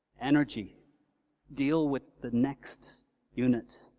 energy deal with the next unit,